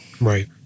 Right